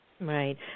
Right